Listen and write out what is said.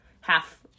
half